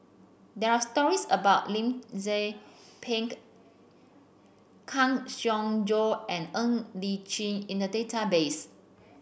there are stories about Lim Tze Peng Kang Siong Joo and Ng Li Chin in the database